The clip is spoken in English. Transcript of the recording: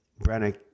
Brennick